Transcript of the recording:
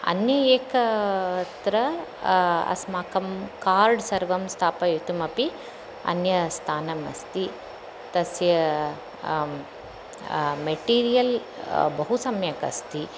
अन्यम् एकत्रम् अस्माकं कार्ड् सर्वं स्थापयितुम् अपि अन्यं स्थानम् अस्ति तस्य मेटिरियल् बहु सम्यक् अस्ति